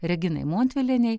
reginai montvilienei